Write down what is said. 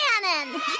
cannon